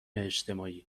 اجتماعی